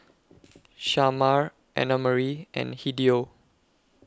Shamar Annamarie and Hideo